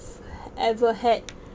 ever had